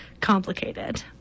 complicated